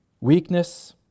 weakness